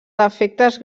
defectes